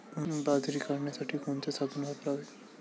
बाजरी काढण्यासाठी कोणते साधन वापरावे?